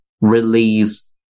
release